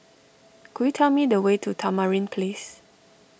could you tell me the way to Tamarind Place